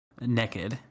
naked